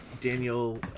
Daniel